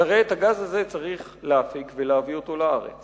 כי הרי את הגז הזה צריך להפיק ולהביא אותו לארץ